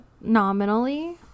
nominally